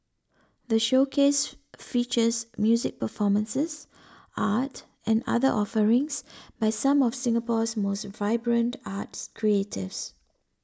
the showcase features music performances art and other offerings by some of Singapore's most vibrant arts creatives